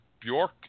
Bjork